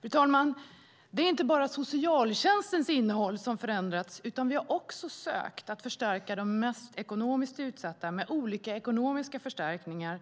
Fru talman! Det är inte bara socialtjänstens innehåll som förändrats, utan vi har också sökt förstärka de mest ekonomiskt utsatta med olika riktade ekonomiska förstärkningar.